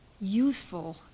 useful